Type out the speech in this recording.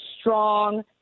Strong